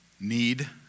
need